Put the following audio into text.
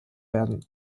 werden